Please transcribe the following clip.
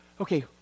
okay